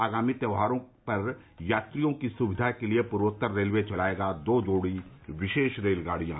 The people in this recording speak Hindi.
आगामी त्यौहारों पर यात्रियों की सुक्धा के लिए पूर्वोत्तर रेलवे चलायेगा दो जोड़ी विशेष रेलगाड़ियां